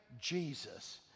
Jesus